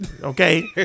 Okay